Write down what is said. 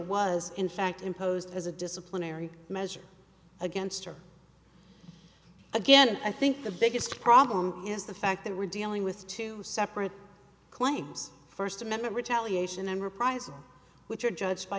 was in fact imposed as a disciplinary measure against her again and i think the biggest problem is the fact that we're dealing with two separate claims first amendment retaliation and reprisal which are judged by